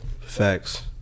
Facts